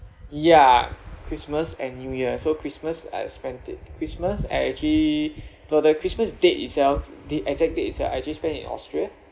ya christmas and new year so christmas I've spend it christmas I actually for the christmas date itself the exact date itself I actually spend in austria